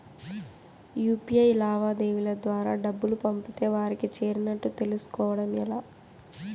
UPI లావాదేవీల ద్వారా డబ్బులు పంపితే వారికి చేరినట్టు తెలుస్కోవడం ఎలా?